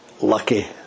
lucky